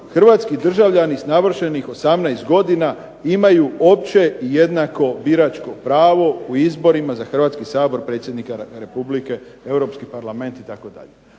"Hrvatski državljani sa navršenih 18 godina imaju opće jednako biračko pravo u izborima za Hrvatski sabor, predsjednika Republike, Europski Parlament" itd.